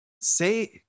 say